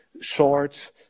short